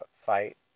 fight